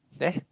there